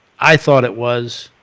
i thought it was.